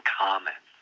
common